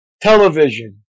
Television